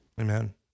Amen